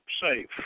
safe